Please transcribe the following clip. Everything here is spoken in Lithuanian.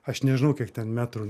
aš nežinau kiek ten metrų